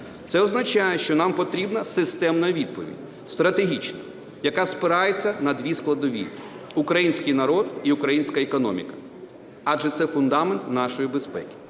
Це означає, що нам потрібна системна відповідь, стратегічна, яка спирається на дві складові: український народ і українська економіка, адже це фундамент нашої безпеки.